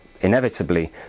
inevitably